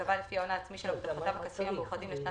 תיקבע לפי ההון העצמי שלו בדוחותיו הכספיים המאוחדים לשנת